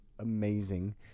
amazing